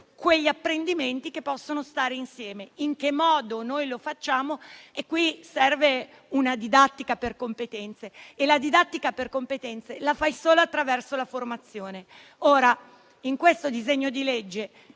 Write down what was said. quegli apprendimenti che possono stare insieme. In che modo lo facciamo? Qui serve una didattica per competenze e la didattica per competenze la fai solo attraverso la formazione. In questo disegno di legge,